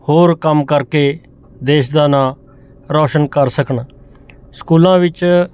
ਹੋਰ ਕੰਮ ਕਰਕੇ ਦੇਸ਼ ਦਾ ਨਾਂ ਰੌਸ਼ਨ ਕਰ ਸਕਣ ਸਕੂਲਾਂ ਵਿੱਚ